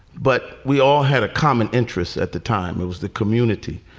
but we all had a common interests at the time. it was the community.